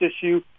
issue